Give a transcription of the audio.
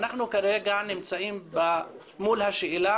אנחנו כרגע נמצאים מול השאלה